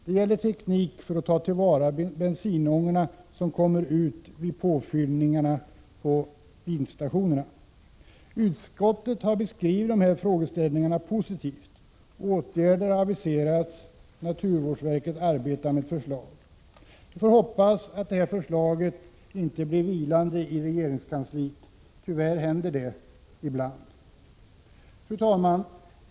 Det gäller teknik för att ta till vara bensinångorna som kommer ut vid påfyllning på bensinstationerna. Utskottet har beskrivit de här frågeställningarna positivt, och åtgärder har aviserats — naturvårdsverket arbetar med förslag. Vi får hoppas att förslaget inte blir vilande i regeringskansliet. Tyvärr händer det ibland. Fru talman!